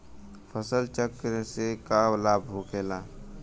फसल चक्र से का लाभ होखेला?